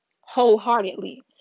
wholeheartedly